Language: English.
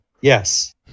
yes